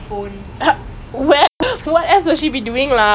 dey if you played monopoly right the game will never end leh